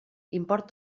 import